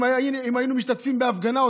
אם היינו משתתפים בהפגנה,